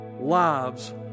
lives